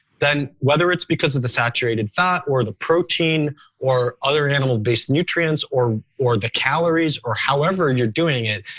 then whether it's because of the saturated fat or the protein or other animal based nutrients or or the calories or however and you're doing it,